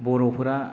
बर'फोरा